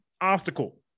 obstacle